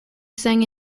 sang